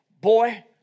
boy